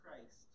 Christ